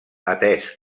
atès